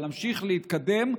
אבל להמשיך להתקדם,